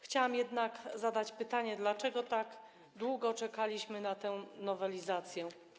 Chciałam jednak zadać pytanie, dlaczego tak długo czekaliśmy na tę nowelizację.